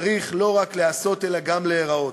צריך לא רק להיעשות אלא גם להיראות.